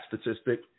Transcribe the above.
statistic